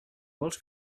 vols